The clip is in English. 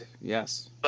Yes